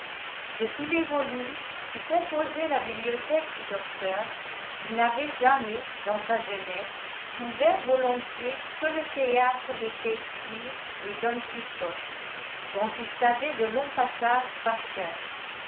de tous les volumes qui composaient la bibliothèque du docteur il n'avait jamais dans sa jeunesse ouvert volontiers que le théâtre de shakespeare et don quichotte dont il savait de longs passages par cœur